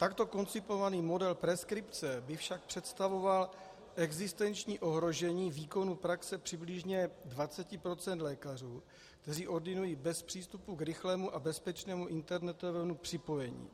Takto koncipovaný model preskripce by však představoval existenční ohrožení výkonu praxe přibližně 20 % lékařů, kteří ordinují bez přístupu k rychlému a bezpečnému internetovému připojení.